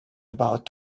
about